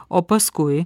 o paskui